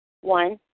One